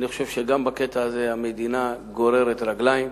אני חושב שגם בקטע הזה המדינה גוררת רגליים.